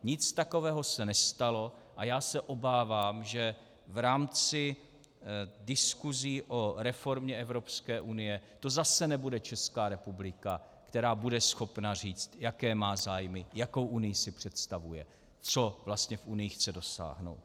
Nic takového se nestalo a obávám se, že v rámci diskuzí o reformě Evropské unie to zase nebude Česká republika, která bude schopna říct, jaké má zájmy, jakou Unii si představuje, co vlastně v Unii chci dosáhnout.